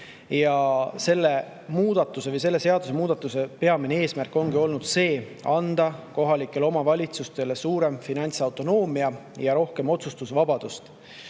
ja otsustusvabadust. Seadusemuudatuse peamine eesmärk ongi olnud anda kohalikele omavalitsustele suurem finantsautonoomia ja rohkem otsustusvabadust.